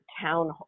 town